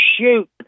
shoot